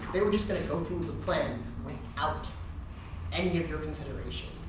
they were just going to go through the plan without any of your consideration.